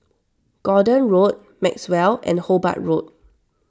Gordon Road Maxwell and Hobart Road